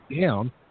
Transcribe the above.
down